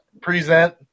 present